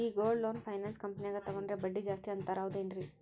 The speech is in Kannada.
ಈ ಗೋಲ್ಡ್ ಲೋನ್ ಫೈನಾನ್ಸ್ ಕಂಪನ್ಯಾಗ ತಗೊಂಡ್ರೆ ಬಡ್ಡಿ ಜಾಸ್ತಿ ಅಂತಾರ ಹೌದೇನ್ರಿ?